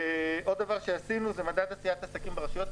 עוד דבר שעשינו זה מדד עשיית עסקים ברשויות.